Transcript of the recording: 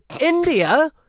India